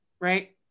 right